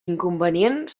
inconvenient